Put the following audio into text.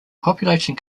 population